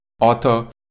author